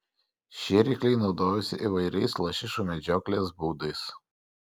šie rykliai naudojasi įvairiais lašišų medžioklės būdais